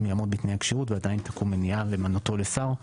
יעמוד בתנאי הכשירות ועדיין תקום מניעה למנותו לשר,